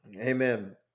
Amen